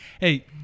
Hey